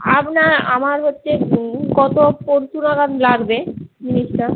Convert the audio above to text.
আপনার আমার হচ্ছে গত পরশু নাগাদ লাগবে জিনিসটা